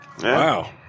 Wow